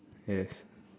yes